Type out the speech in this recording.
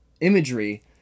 imagery